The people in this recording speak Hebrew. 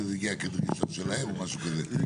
שזה הגיע כדרישה שלהם או משהו כזה?